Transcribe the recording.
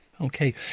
Okay